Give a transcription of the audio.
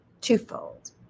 twofold